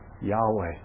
Yahweh